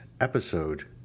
episode